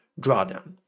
drawdown